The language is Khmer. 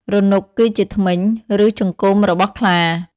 រនុកគឺជាធ្មេញ ឬចង្កូមរបស់ខ្លា។